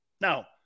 Now